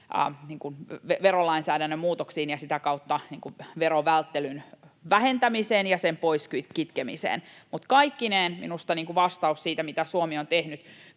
verolainsäädännön muutoksiin ja sitä kautta verovälttelyn vähentämiseen ja sen pois kitkemiseen. Kaikkineen minusta vastaus siihen, mitä Suomi on tehnyt: